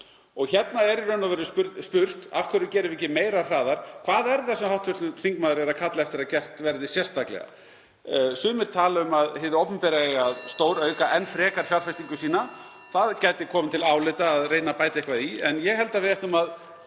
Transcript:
Hérna er í raun og veru spurt: Af hverju gerum við ekki meira hraðar? Hvað er það sem hv. þingmaður er að kalla eftir að gert verði sérstaklega? Sumir tala um að hið opinbera (Forseti hringir.) eigi að stórauka enn frekar fjárfestingu sína. Það gæti komið til álita að reyna að bæta eitthvað í en ég held að við ættum að